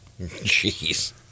jeez